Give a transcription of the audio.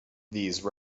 these